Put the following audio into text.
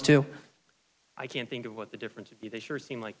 two i can't think of what the difference is they sure seem like